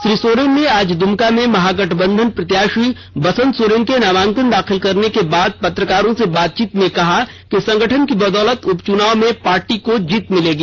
श्री सोरेन ने आज दुमका में महागठबंधन प्रत्याषी बसंत सोरेन के नामांकन दाखिल करने के बाद पत्रकारों से बातचीत में कहा कि संगठन की बदौलत उपचुनाव में पार्टी को जीत मिलेगी